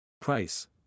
Price